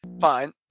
fine